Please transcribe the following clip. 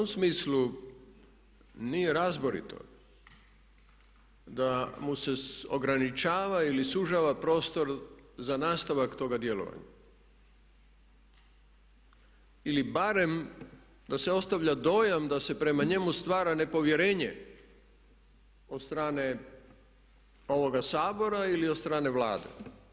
I u tom smislu nije razborito da mu se ograničava ili sužava prostor za nastavak toga djelovanja ili barem da se ostavlja dojam da se prema njemu stvara nepovjerenje od strane ovoga Sabora ili od strane Vlade.